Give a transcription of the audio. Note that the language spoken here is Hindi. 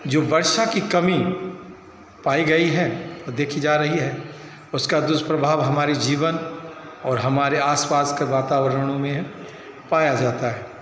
जो वर्षा की कमी पाई गई है देखी जा रही है उसका दुष्प्रभाव हमारे जीवन और हमारे आस पास के वातावरणों में पाया जाता है